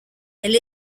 elle